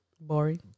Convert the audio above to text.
boring